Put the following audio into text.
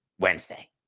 Wednesday